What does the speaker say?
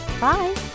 Bye